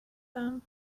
them